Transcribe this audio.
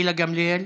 גילה גמליאל.